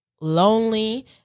lonely